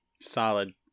solid